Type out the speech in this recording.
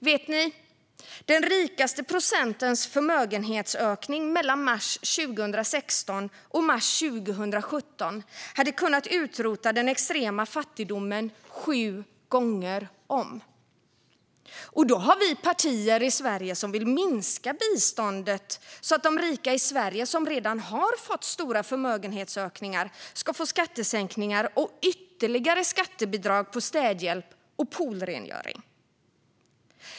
Vet ni att den rikaste procentens förmögenhetsökning mellan mars 2016 och mars 2017 hade kunnat utrota den extrema fattigdomen sju gånger om? Och då har vi partier i Sverige som vill minska biståndet så att de rika i Sverige, som redan har fått stora förmögenhetsökningar, ska få skattesänkningar och ytterligare skattebidrag för städhjälp och poolrengöring.